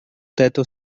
této